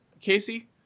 Casey